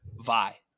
Vi